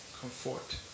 comfort